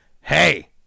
Hey